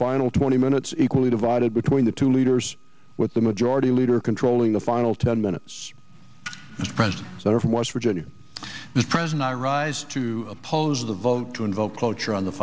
final twenty minutes equally divided between the two leaders with the majority leader controlling the final ten minutes friends that are from west virginia this present i rise to oppose the vote to invoke cloture on the